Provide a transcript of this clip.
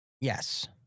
Yes